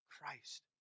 Christ